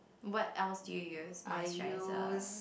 what else do you use moisturiser